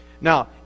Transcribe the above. Now